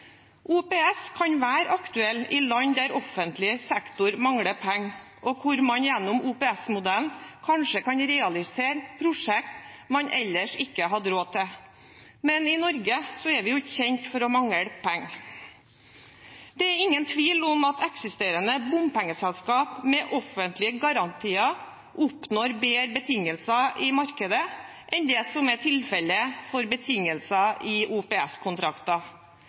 OPS kan være aktuelt i land der offentlig sektor mangler penger, og hvor man gjennom OPS-modellen kanskje kan realisere prosjekter man ellers ikke ville hatt råd til. Men i Norge er vi ikke kjent for å mangle penger. Det er ingen tvil om at eksisterende bompengeselskaper med offentlige garantier oppnår bedre betingelser i markedet enn det som er tilfellet for betingelser i